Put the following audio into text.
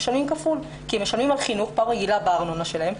משלמים כפול כי הם משלמים על חינוך פעם ראשונה בארנונה שלהם,